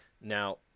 now